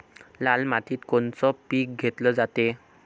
लाल मातीत कोनचं पीक घेतलं जाते?